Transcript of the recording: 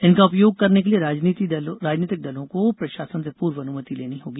इनका उपयोग करने के लिए राजनीति दलों को प्रषासन से पूर्व अनुमति लेनी होगी